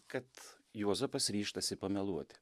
kad juozapas ryžtasi pameluoti